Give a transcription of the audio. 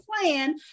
plan